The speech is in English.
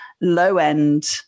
low-end